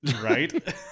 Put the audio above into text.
Right